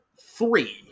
three